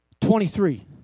Twenty-three